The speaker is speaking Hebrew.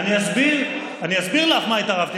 אסביר לך במה התערבתי.